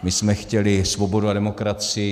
My jsme chtěli svobodu a demokracii.